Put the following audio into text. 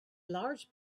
large